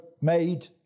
made